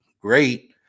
great